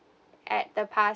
at the past